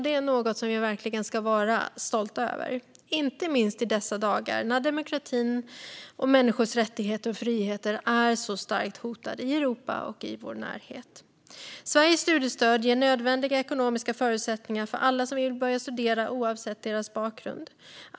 Det är något vi verkligen ska vara stolta över, inte minst i dessa dagar då demokratin och människors rättigheter och friheter är starkt hotade i Europa och i vår närhet. Sveriges studiestöd ger alla som vill börja studera, oavsett bakgrund, nödvändiga ekonomiska förutsättningar.